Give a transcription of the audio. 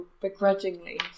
begrudgingly